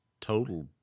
total